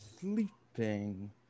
sleeping